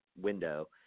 window